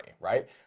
right